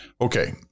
Okay